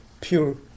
pure